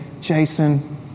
Jason